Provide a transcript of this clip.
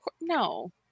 No